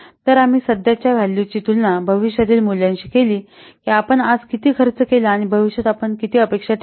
तर आम्ही सध्याच्या व्हॅल्यूची तुलना भविष्यातील मूल्यांशी केली की आपण आज किती खर्च केला आणि भविष्यात आपण किती अपेक्षा ठेवतो